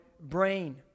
brain